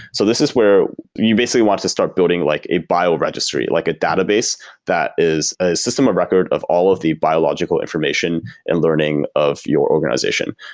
so this is where you basically want to start building like a bio-registry, like a database that is a system and record of all of the biological information and learning of your organization.